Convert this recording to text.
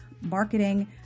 marketing